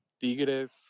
Tigres